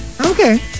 Okay